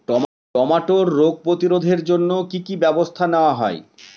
টমেটোর রোগ প্রতিরোধে জন্য কি কী ব্যবস্থা নেওয়া হয়?